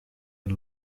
een